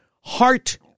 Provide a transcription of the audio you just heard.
heart